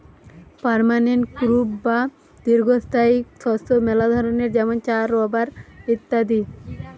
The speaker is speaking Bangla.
পার্মানেন্ট ক্রপ বা দীর্ঘস্থায়ী শস্য মেলা ধরণের যেমন চা, রাবার ইত্যাদি